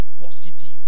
positive